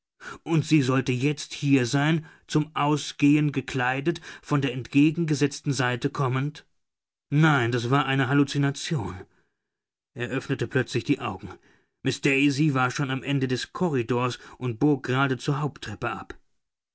und sie sollte jetzt hier sein zum ausgehen gekleidet von der entgegengesetzten seite kommend nein das war eine halluzination er öffnete plötzlich die augen miß daisy war schon am ende des korridors und bog gerade zur haupttreppe ab